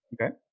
Okay